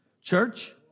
Church